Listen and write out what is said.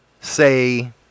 say